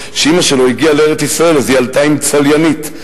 שכשאמא שלו הגיעה לארץ-ישראל היא עלתה עם צליינית.